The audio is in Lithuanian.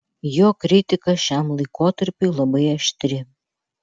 jo kritika šiam laikotarpiui labai aštri